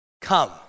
Come